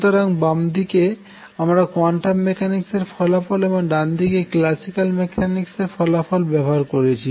সুতরাং বামদিকে আমরা কোয়ান্টাম মেকানিক্স এর ফলাফল এবং ডানদিকে ক্ল্যাসিক্যাল মেকানিক্স এর ফলাফল ব্যবহার করেছি